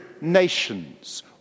nations